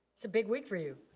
it's a big week for you.